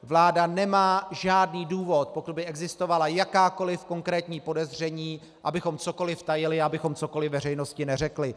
Vláda nemá žádný důvod, pokud by existovala jakákoli konkrétní podezření, abychom cokoli tajili, abychom cokoli veřejnosti neřekli.